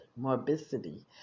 Morbidity